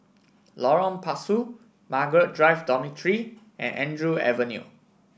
Lorong Pasu Margaret Drive Dormitory and Andrew Avenue